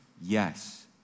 yes